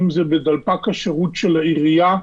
אם זה בדלפק השירות של העירייה,